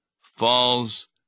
falls